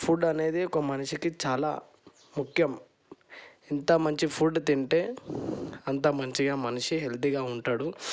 food అనేది ఒక మనిషికి చాలా ముఖ్యం ఎంత మంచి ఫుడ్ తింటే అంత మంచిగా మనిషి హెల్తీగా ఉంటాడు